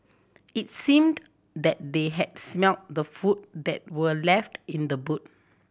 it seemed that they had smelt the food that were left in the boot